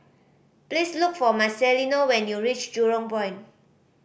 please look for Marcelino when you reach Jurong Point